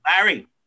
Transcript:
Larry